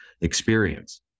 experience